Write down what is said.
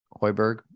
Hoiberg